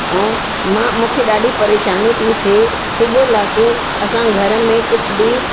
ऐं मां मूंखे ॾाढी परेशानी थी थिए सुबुहु लाकू असां घर में कुझु बि